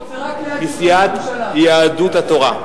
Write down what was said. מסיעת יהדות התורה.